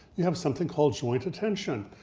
you have something called joint attention.